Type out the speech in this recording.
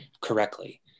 correctly